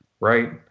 Right